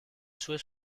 sue